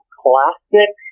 classic